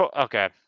okay